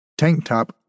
Tanktop